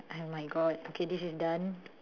oh my god okay this is done